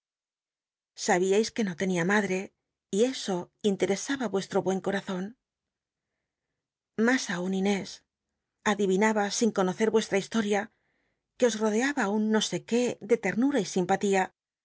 sabíais que no tenia madte y eso inteecsaba vucstro buen corazon mas aun inés ad ivinaba sin conocer ucstra historia que os rodeaba un no sé qué de ternu ra y simpatía